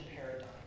paradigm